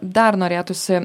dar norėtųsi